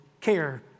care